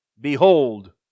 Behold